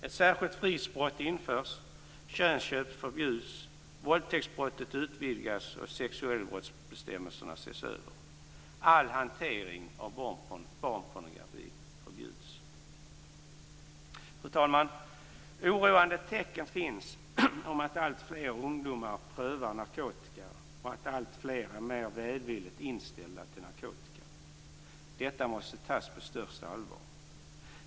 Ett särskilt fridsbrott införs, könsköp förbjuds, våldtäktsbrottet utvidgas och sexualbrottsbestämmelserna ses över. All hantering av barnpornografi förbjuds. Fru talman! Oroande tecken finns på att alltfler ungdomar prövar narkotika och att alltfler är mer välvilligt inställda till narkotika. Detta måste tas på största allvar.